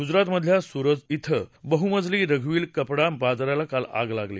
गुजरातमधे सुरत कें बहुमजली रघुवीर कपडा बाजाराला काल आग लागली